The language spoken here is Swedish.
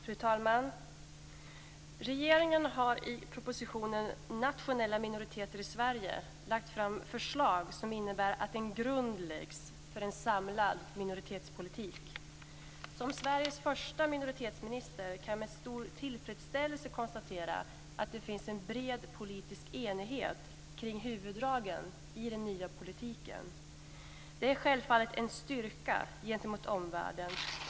Fru talman! Regeringen har i propositionen Nationella minoriteter i Sverige lagt fram förslag som innebär att en grund läggs för en samlad minoritetspolitik. Som Sveriges första minoritetsminister kan jag med stor tillfredsställelse konstatera att det finns en bred politisk enighet kring huvuddragen i den nya politiken. Det är självfallet en styrka gentemot omvärlden.